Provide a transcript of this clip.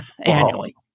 annually